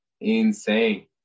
insane